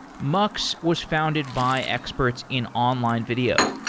mux was founded by experts in online video,